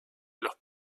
los